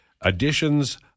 additions